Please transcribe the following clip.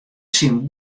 syn